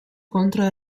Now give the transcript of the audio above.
contro